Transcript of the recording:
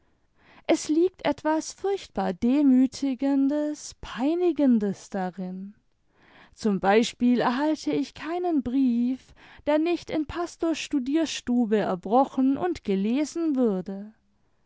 es liegt etwas furchtbar demütigendes peinigendes darin zum beispiel erhalte ich keinen brief der nicht in pastors studierstube erbrochen und gelesen würde